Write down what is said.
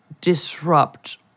disrupt